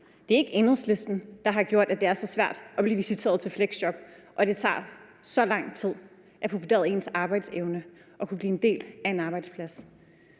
Det er ikke Enhedslisten, der har gjort, at det er så svært at blive visiteret til et fleksjob, og at det tager så lang tid at få vurderet ens arbejdsevne og kunne blive en del af en arbejdsplads.